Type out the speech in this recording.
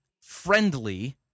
friendly